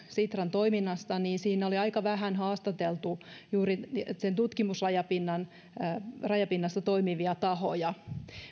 sitran toiminnasta siinä oli aika vähän haastateltu juuri tutkimusrajapinnassa toimivia tahoja